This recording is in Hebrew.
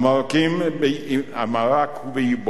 המאבק הוא באִבו.